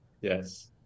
yes